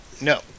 No